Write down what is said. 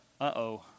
uh-oh